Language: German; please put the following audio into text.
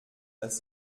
dass